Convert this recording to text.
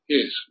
Yes